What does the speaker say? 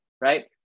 right